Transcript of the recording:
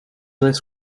less